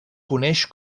coneix